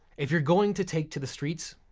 if you're going to take to the streets,